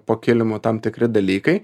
po kilimu tam tikri dalykai